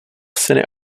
syny